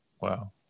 Wow